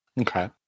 Okay